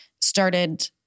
started